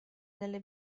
nelle